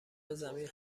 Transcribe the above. زمین